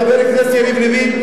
חבר הכנסת יריב לוין,